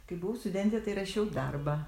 kai buvau studentė tai rašiau darbą